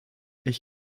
ich